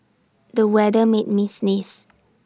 the weather made me sneeze